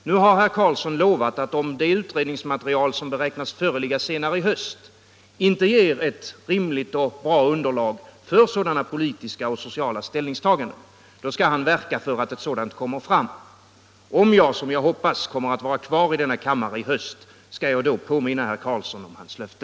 Nu har herr Karlsson lovat att om det utredningsmaterial som beräknas föreligga senare i höst inte ger ett rimligt och bra underlag för sådana politiska och sociala ställningstaganden, skall han verka för att ett sådant material kommer fram. Om jag, som jag hoppas, kommer att vara kvar i denna kammare i höst, skall jag då påminna herr Karlsson om hans löfte.